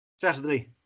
Saturday